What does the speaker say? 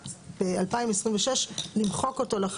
טוב.